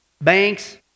Banks